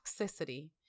toxicity